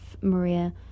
Maria